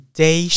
day